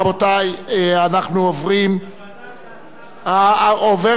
רבותי, אנחנו עוברים, לוועדה, עובר